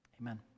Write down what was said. Amen